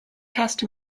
cast